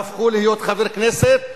והפכו להיות חברי כנסת,